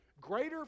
Greater